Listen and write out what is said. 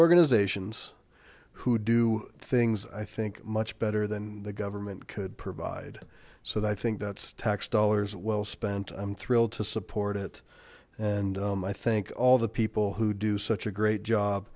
organizations who do things i think much better than the government could provide so that i think that's tax dollars well spent i'm thrilled to support it and i think all the people who do such a great job